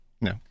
No